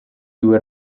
due